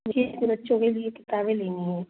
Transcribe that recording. जी मुझे बच्चों के लिए किताबें लेनी हैं